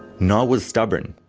noa was stubborn.